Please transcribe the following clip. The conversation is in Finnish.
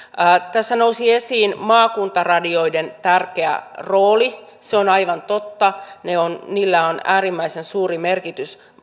tässä nousi esiin maakuntaradioiden tärkeä rooli se on aivan totta niillä on äärimmäisen suuri merkitys